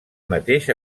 mateix